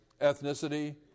ethnicity